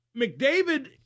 McDavid